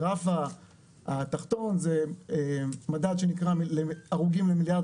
הגרף התחתון זה מדד שנקרא הרוגים למיליארד